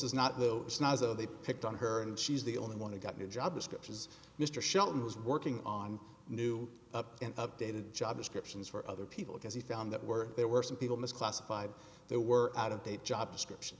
though it's not as though they picked on her and she's the only one who got a new job descriptions mr shelton was working on new up and updated job descriptions for other people because he found that were there were some people misclassified they were out of date job description